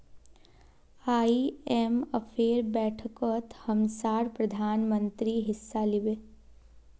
आईएमएफेर बैठकत हमसार प्रधानमंत्री हिस्सा लिबे